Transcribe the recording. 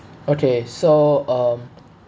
okay so um